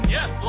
Yes